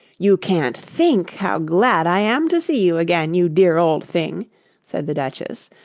you can't think how glad i am to see you again, you dear old thing said the duchess,